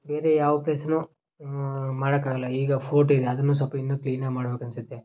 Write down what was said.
ಬೇರೆ ಯಾವ ಪ್ಲೇಸುನೂ ಮಾಡೋಕ್ ಆಗೋಲ್ಲ ಈಗ ಫೋರ್ಟ್ ಇದೆ ಅದನ್ನು ಸ್ವಲ್ಪ ಇನ್ನೂ ಕ್ಲೀನಾಗಿ ಮಾಡ್ಬೇಕು ಅನಿಸುತ್ತೆ